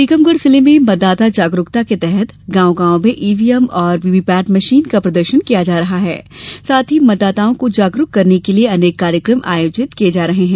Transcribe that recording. टीकमगढ जिले में मतदाता जागरूकता के तहत गांव गांव में ईवीएम और वीवीपैट मशीन का प्रदर्शन किया जा रहा है साथ ही मतदाताओं को जागरूक करने के लिये अनेक कार्यक्रम आयोजित किये जा रहे हैं